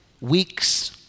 weeks